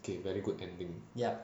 okay very good ending